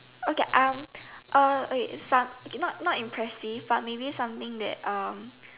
okay I'm uh wait some not not impressive but maybe something that um